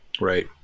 Right